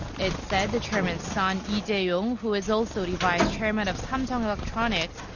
it said the chairman's son, lee jae-yong, who is also the vice chairman of samsung electronics,